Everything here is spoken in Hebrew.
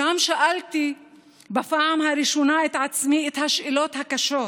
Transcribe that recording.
שם שאלתי את עצמי בפעם הראשונה את השאלות הקשות,